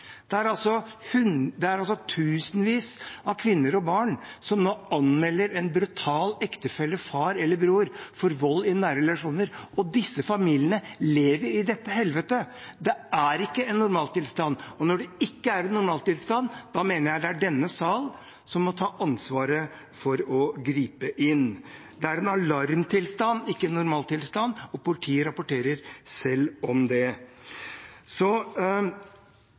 Det er tusenvis av kvinner og barn som nå anmelder en brutal ektefelle, far eller bror for vold i nære relasjoner, og disse familiene lever i dette helvetet. Det er ikke en normaltilstand. Og når det ikke er en normaltilstand, mener jeg det er denne sal som må ta ansvar for å gripe inn. Det er en alarmtilstand, ikke en normaltilstand, og politiet rapporterer selv om det.